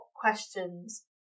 questions